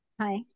Hi